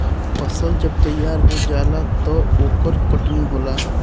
फसल जब तैयार हो जाला त ओकर कटनी होला